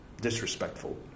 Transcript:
disrespectful